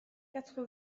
quatre